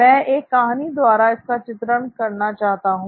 मैं एक कहानी द्वारा इसका चित्रण करना चाहता हूं